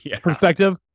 perspective